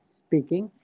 speaking